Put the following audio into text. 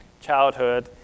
childhood